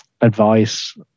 advice